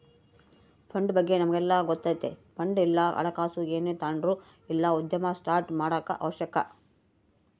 fund ಬಗ್ಗೆ ನಮಿಗೆಲ್ಲ ಗೊತ್ತತೆ ಫಂಡ್ ಇಲ್ಲ ಹಣಕಾಸು ಏನೇ ತಾಂಡ್ರು ಇಲ್ಲ ಉದ್ಯಮ ಸ್ಟಾರ್ಟ್ ಮಾಡಾಕ ಅವಶ್ಯಕ